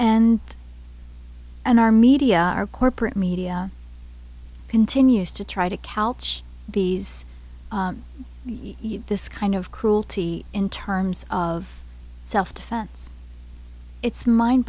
and and our media our corporate media continues to try to couch these huge this kind of cruelty in terms of self defense it's mind